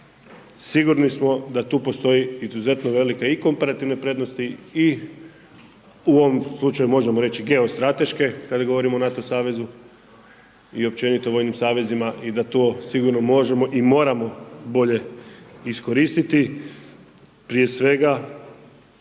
sigurni smo da tu postoji izuzetno velike i komparativne prednosti i u ovom slučaju možemo reći geostrateške kad govorimo o NATO savezu i općenito vojnim savezima i da to sigurno možemo i moramo bolje iskoristiti. Prije svega